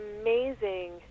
amazing